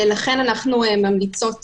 לכן אנחנו ממליצות